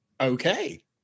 Okay